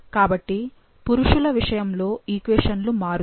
కాబట్టి పురుషుల విషయం లో ఈక్వేషన్లు మారుతాయి